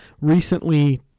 recently